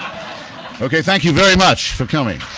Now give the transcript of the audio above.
okay, thank you very much for coming.